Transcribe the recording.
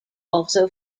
also